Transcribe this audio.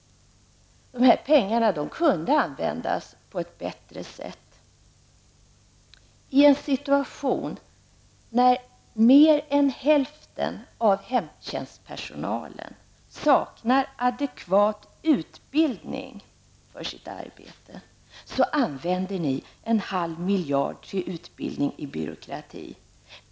De här pengarna kunde användas på ett bättre sätt. I en situation när mer än hälften av hemtjänstpersonalen saknar adekvat utbildning för sitt arbete använder ni en halv miljard till utbildning i byråkrati.